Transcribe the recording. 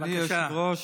אדוני היושב-ראש,